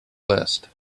list